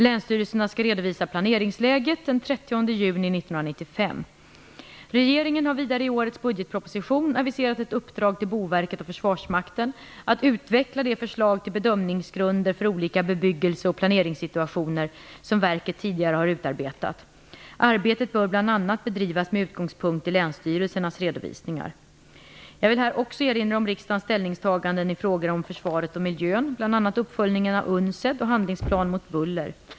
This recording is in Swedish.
Länsstyrelserna skall redovisa planeringsläget den 30 Regeringen har vidare i årets budgetproposition Boverket och försvarsmakten att utveckla det förslag till bedömningsgrunder för olika bebyggelse och planeringssituationer som verket tidigare har utarbetat. Arbetet bör bl.a. bedrivas med utgångspunkt i länsstyrelsernas redovisningar. Jag vill här också erinra om riksdagens ställningstaganden i frågor om försvaret och miljön, bl.a. uppföljningen av UNCED (prop. 1993/94:11, bet.